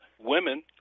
women